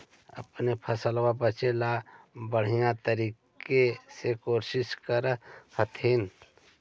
अपने फसलबा बचे ला बढ़िया तरीका कौची कर हखिन?